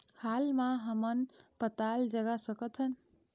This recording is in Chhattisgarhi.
हाल मा हमन पताल जगा सकतहन?